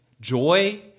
joy